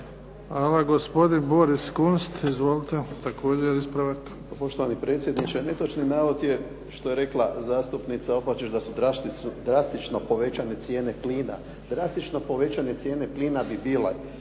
Hvala. Gospodin Boris Kunst. Izvolite. Također ispravak.